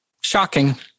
Shocking